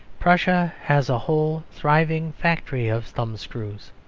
prussia has a whole thriving factory of thumbscrews,